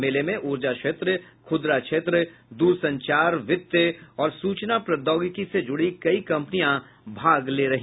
मेले में ऊर्जा क्षेत्र खुदरा क्षेत्र दूरसंचार वित्त और सूचना प्रौद्योगिकी से जुड़ी कई कंपनियां भाग लेंगी